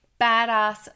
badass